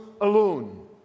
alone